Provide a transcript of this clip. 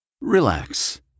Relax